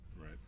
Right